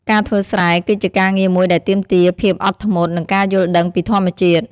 ការធ្វើស្រែ គឺជាការងារមួយដែលទាមទារភាពអត់ធ្មត់ និងការយល់ដឹងពីធម្មជាតិ។